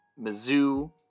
Mizzou